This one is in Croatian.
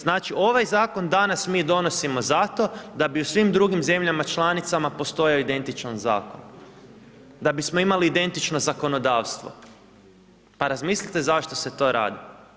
Znači, ovaj zakon danas mi donosimo zato da bi u svim drugim zemljama članicama postojao identičan zakon, da bismo imali identično zakonodavstvo, pa razmislite zašto se to radi.